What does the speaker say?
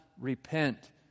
repent